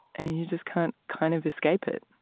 and you just can't kind of escape it